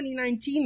2019